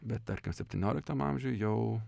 bet tarkim septynioliktam amžiuj jau